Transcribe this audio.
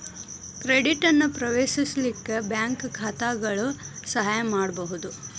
credit ಅನ್ನ ಪ್ರವೇಶಿಸಲಿಕ್ಕೆ bank ಖಾತಾಗಳು ಸಹಾಯ ಮಾಡ್ಬಹುದು